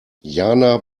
jana